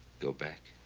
go back.